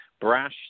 brash